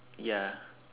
ya